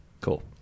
Cool